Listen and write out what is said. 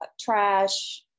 trash